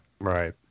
Right